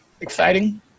exciting